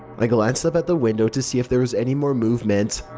i glanced up at the window to see if there was anymore movement.